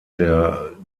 der